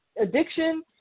addiction